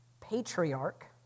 patriarch